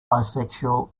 bisexual